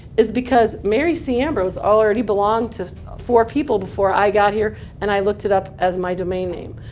is because mary c. ambrose already belonged to four people before i got here and i looked it up as my domain name.